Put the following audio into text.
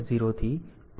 અને તેઓ P0